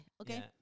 okay